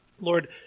Lord